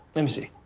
let me see. ah,